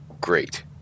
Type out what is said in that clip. great